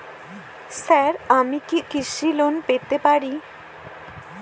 Sir আমি কি কৃষি লোন পেতে পারি?